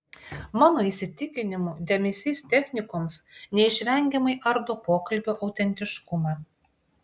mano įsitikinimu dėmesys technikoms neišvengiamai ardo pokalbio autentiškumą